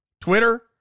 Twitter